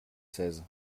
seize